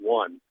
one